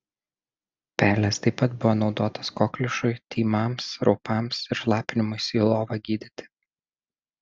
pelės taip pat buvo naudotos kokliušui tymams raupams ir šlapinimuisi į lovą gydyti